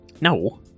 No